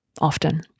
often